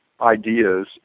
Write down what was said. ideas